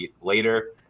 later